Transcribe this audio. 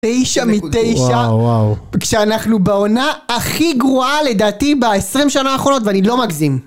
תשע מתשע, כשאנחנו בעונה הכי גרועה לדעתי ב20 שנה האחרונות ואני לא מגזים